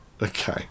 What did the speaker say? Okay